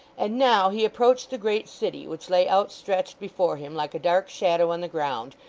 and, now, he approached the great city, which lay outstretched before him like a dark shadow on the ground,